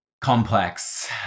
complex